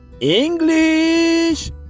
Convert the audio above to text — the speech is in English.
English